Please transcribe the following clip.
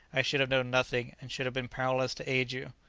i should have known nothing, and should have been powerless to aid you.